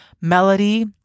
Melody